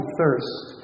thirst